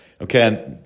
okay